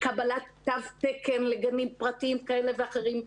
קבלת תו תקן לגנים פרטיים כאלה ואחרים.